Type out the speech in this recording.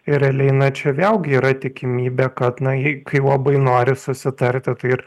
ir realiai na čia vėlgi yra tikimybė kad na ji kai labai nori susitarti tai ir